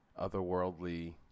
otherworldly